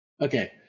Okay